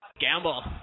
Gamble